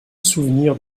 souvenirs